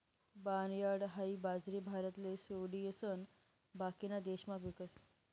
barnyard हाई बाजरी भारतले सोडिसन बाकीना देशमा पीकस